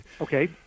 Okay